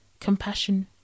Compassion